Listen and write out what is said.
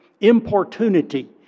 importunity